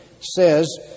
says